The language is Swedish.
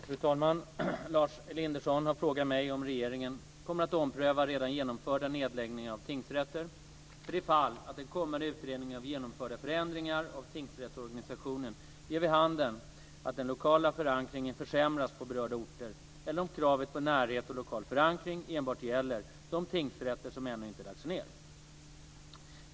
Fru talman! Lars Elinderson har frågat mig om regeringen kommer att ompröva redan genomförda nedläggningar av tingsrätter för det fall att den kommande utredningen av genomförda förändringar av tingsrättsorganisationen ger vid handen att den lokala förankringen försämrats på berörda orter, eller om kravet på närhet och lokal förankring enbart gäller de tingsrätter som ännu inte lagts ned.